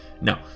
No